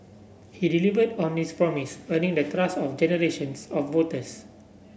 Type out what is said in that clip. he delivered on this promise earning the trust of generations of voters